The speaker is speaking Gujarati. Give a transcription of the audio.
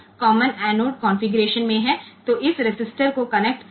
તેથી આ કોમન એનોડ કન્ફિગરેશન છે